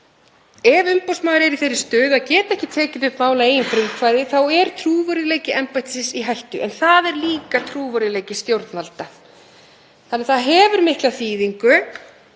Ef umboðsmaður er í þeirri stöðu að geta ekki tekið upp mál að eigin frumkvæði er trúverðugleiki embættisins í hættu. En það er þá líka trúverðugleiki stjórnvalda. Þannig að það hefur mikla þýðingu